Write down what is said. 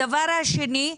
הדבר השני,